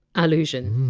allusion,